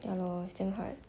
ya lor damm hard